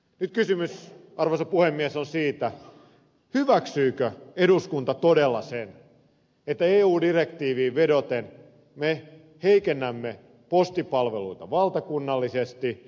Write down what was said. nyt kysymys arvoisa puhemies on siitä hyväksyykö eduskunta todella sen että eu direktiiviin vedoten me heikennämme postipalveluita valtakunnallisesti